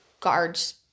guards